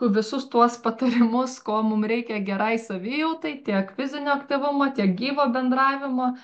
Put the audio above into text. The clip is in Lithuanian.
visus tuos patarimus ko mum reikia gerai savijautai tiek fizinio aktyvumo tiek gyvo bendravimo